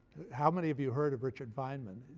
how many of you've heard of richard feynman?